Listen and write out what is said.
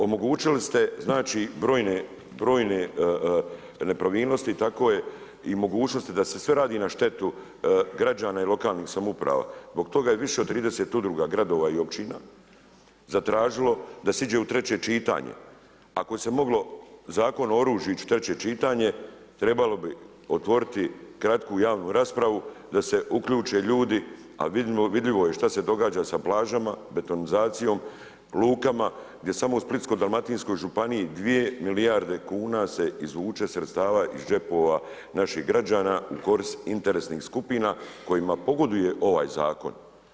Omogućili ste znači brojne nepravilnosti, tako je i mogućnosti da se sve radi na štetu građana i lokalnih samouprava, zbog toga je više od 30 udruga, gradova i općina zatražilo da se ide u treće čitanje, ako se moglo Zakon o oružju ići u treće čitanje, trebalo otvoriti kratku javnu raspravu da se uključe ljudi, a vidljivo je što se događa sa plažama, betonizacijom, lukama, gdje samo u Splitsko-dalmatinskoj županiji 2 milijardi kuna se izvuče sredstva iz džepova naših građana u koristi interesnih skupina kojima pogoduje ovaj zakon.